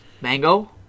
Mango